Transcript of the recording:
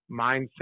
mindset